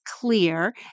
clear